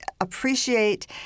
appreciate